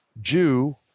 Jew